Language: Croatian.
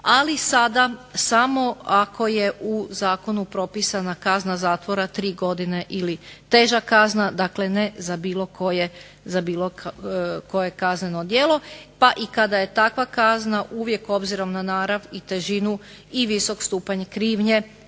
Ali sada samo ako je u zakonu propisana kazna zatvora tri godine ili teža kazna. Dakle, ne za bilo koje kazneno djelo. Pa i kada je takva kazna uvijek obzirom na narav i težinu i visok stupanj krivnje